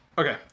Okay